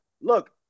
look